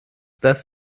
dass